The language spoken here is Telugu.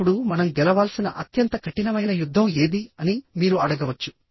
ఇప్పుడు మనం గెలవాల్సిన అత్యంత కఠినమైన యుద్ధం ఏది అని మీరు అడగవచ్చు